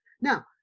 Now